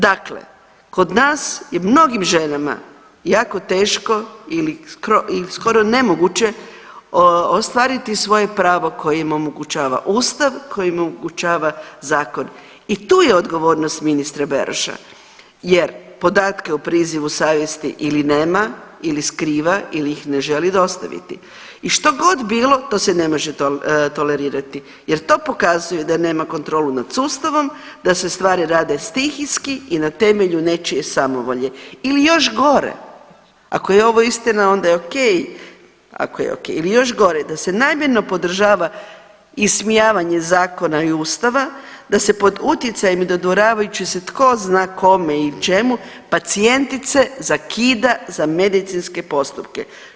Dakle, kod nas je mnogim ženama jako teško i skoro nemoguće ostvariti svoje pravo koje im omogućava ustav, koji im omogućava zakon i tu je odgovornost ministra Beroša jer podatke o prizivu savjesti ili nema ili skriva ili ih ne želi dostaviti i štogod bilo to se ne može tolerirati jer to pokazuje da nema kontrolu nad sustavom, da se stvari rade stihijski i na temelju nečije samovolje ili još gore, ako je ovo istina onda je ok, ako je ok ili još gore da se namjerno podržava ismijavanje zakona i ustava, da se pod utjecajem dodvoravajući se tko zna kome i čemu pacijentice zakida za medicinske postupke.